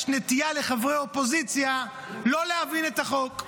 יש נטייה לחברי האופוזיציה לא להבין את החוק.